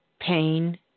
pain